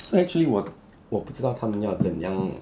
so actually 我我不知道他们要怎样